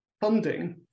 funding